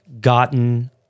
gotten